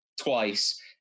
twice